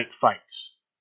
Fights